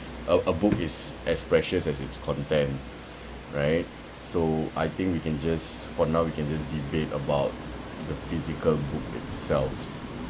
a a book is as precious as its content right so I think we can just for now we can just debate about the physical book itself